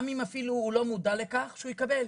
גם אם אפילו הוא לא מודע לכך, שהוא יקבל.